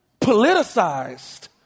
politicized